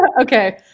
okay